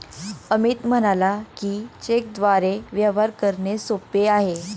अमित म्हणाला की, चेकद्वारे व्यवहार करणे सोपे आहे